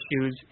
issues